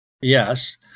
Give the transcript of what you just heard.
Yes